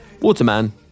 Waterman